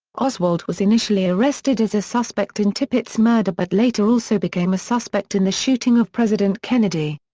oswald was initially arrested as a suspect in tippit's murder but later also became a suspect in the shooting of president kennedy.